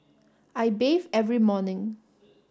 I bathe every morning